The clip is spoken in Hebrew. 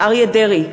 אריה דרעי,